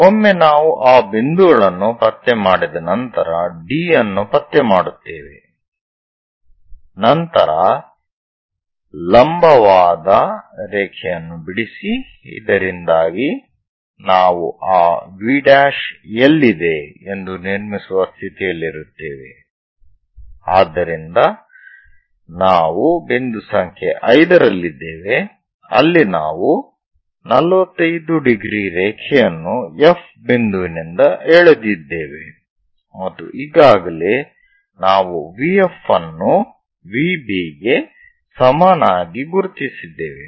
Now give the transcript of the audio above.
ಒಮ್ಮೆ ನಾವು ಆ ಬಿಂದುಗಳನ್ನು ಪತ್ತೆ ಮಡಿದ ನಂತರ D ಅನ್ನು ಪತ್ತೆ ಮಾಡುತ್ತೇವೆ ನಂತರ ಲಂಬವಾದ ರೇಖೆಯನ್ನು ಬಿಡಿಸಿ ಇದರಿಂದಾಗಿ ನಾವು ಆ V ಎಲ್ಲಿದೆ ಎಂದು ನಿರ್ಮಿಸುವ ಸ್ಥಿತಿಯಲ್ಲಿರುತ್ತೇವೆ ಆದ್ದರಿಂದ ನಾವು ಬಿಂದು ಸಂಖ್ಯೆ 5 ರಲ್ಲಿದ್ದೇವೆ ಅಲ್ಲಿ ನಾವು 45 ° ರೇಖೆಯನ್ನು F ಬಿಂದುವಿನಿಂದ ಎಳೆದಿದ್ದೇವೆ ಮತ್ತು ಈಗಾಗಲೇ ನಾವು VF ಅನ್ನು VBಗೆ ಸಮನಾಗಿ ಗುರುತಿಸಿದ್ದೇವೆ